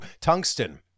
Tungsten